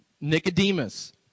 Nicodemus